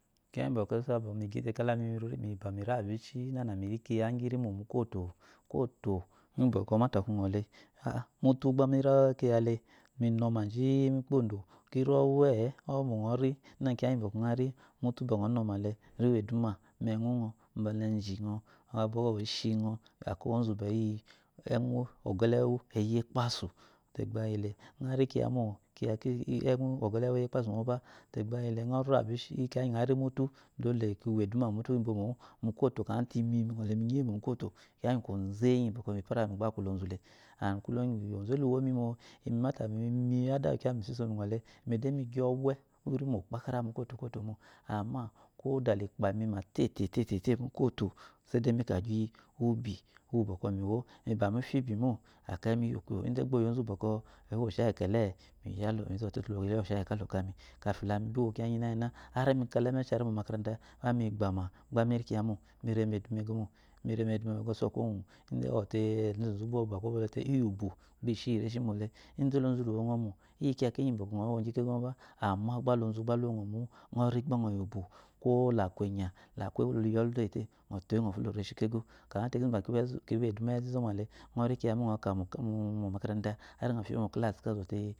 Kiya nga bo risabɔ mi gy te bɔ mi ri abishi nana mi ri kiya ngirimo mu kwoto ngu bɔkɔ le a-a mutu aba mi ri kiya le minɔ ma jii mikpodo kiri ɔwe-e ɔwɛ mbu øɔri na kiya bgi bɔkɔ. øari mutu bɔ øɔnɔma le riwo eduma mɛøu øu mbala ɛji øɔ mafo oshi øɔ akɛyi ozu mbeyi eøu ɔgɛlɛ weøu ekpesu tegba iyile øari kiya mo bɔkɔ ɛøu eyi ekpasu mo bategba iyi le awu øɔri abishi kiya bgi øari mutu dele kiwo edumamutu iɔmo-o mu kwoto kyamate imi mi øɨle minyeyimo mukwoto kiya ngi kwoze ngi bɔkɔ lifara mi gba aku lozu le anfd kule ngu loze luwomi mo, imi mata imi adawukiya misisole øɔle imide. mi gyi ɔwɔ bu kwoze kpaakara mukwoto irimo mo ama kwo da likpami te te mukwoto seyide mikagyi ubi uwu bɔkɔ mi wo mifyya ubi mo akeyi miyokuyop inde gbo oyi ozu uwu bɔkɔ ewo oshayi kele miyala mizɔte loya oshayi kala okami kafi lami bi wo kiya ngina nini ari mikala emeshri momakarata de aba mi gbama gba miri kiya mo mire mo mire meduma ego mo sɔkuwo ngu ide gba ozɔte ezu zu gbo ba kwobu te iyubu gba ishi iyi reshi mole inde lozu luwo øɔmo iyi kiya kinyite ngi bɔ øɔ woji ego moba ama gba lozu aba luwo øɔmo øɔri gba øɔyi ubu kwo laku enya laku newulo liyɔlu tete øɔtoyi øɔfulo mureshi keyokyamate kiyu mba kiwo ezu kiwo eduma izu izɔma le øɔdo kiyg mo øɔka ma momakara abaøa fye mo kle gba oɔzɔte,